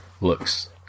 looks